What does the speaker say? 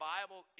Bible